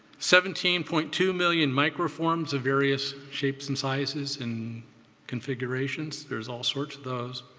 seventeen point two million microforms of various shapes and sizes and configurations. there's all sorts of those.